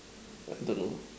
don't know